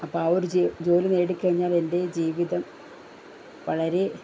അപ്പോൾ ആ ഒരു ജീ ജോലി നേടി കഴിഞ്ഞാൽ എൻ്റെ ഈ ജീവിതം വളരെ